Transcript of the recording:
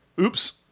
Oops